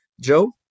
Joe